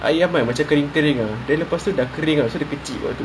I am particular including a dinner pursued creating a sort of B